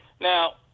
Now